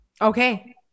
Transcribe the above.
Okay